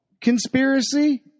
conspiracy